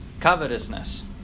covetousness